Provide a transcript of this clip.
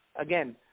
again